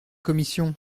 commission